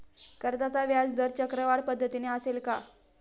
कर्जाचा व्याजदर चक्रवाढ पद्धतीने असेल का?